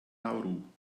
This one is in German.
nauru